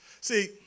See